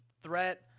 threat